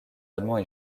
allemands